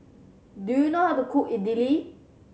do you know how to cook Idili